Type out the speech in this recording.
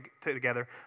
together